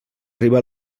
arriba